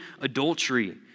adultery